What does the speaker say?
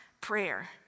prayer